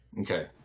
Okay